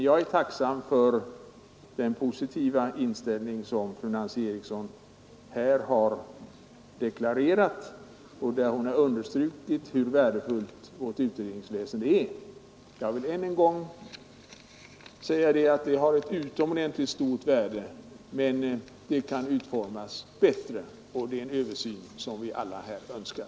Jag är tacksam för den positiva inställning som fru Nancy Eriksson här har deklarerat när hon understrukit hur värdefullt vårt utredningsväsende Nr 115 är. Än en gång vill jag understryka att det har ett utomordentligt stort värde, men att det kan utformas bättre. Det är en översyn som vi alla här